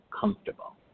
comfortable